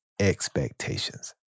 expectations